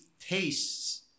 tastes